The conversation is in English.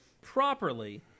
properly